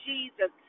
Jesus